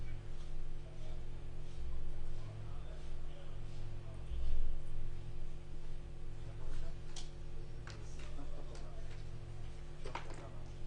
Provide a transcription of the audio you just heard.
10:17.